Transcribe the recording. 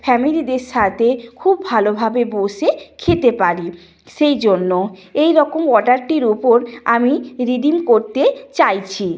ফ্যামিলিদের সাথে খুব ভালোভাবে বসে খেতে পারি সেই জন্য এই রকম অর্ডারটির ওপর আমি রিডিম করতে চাইছি